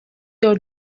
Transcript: your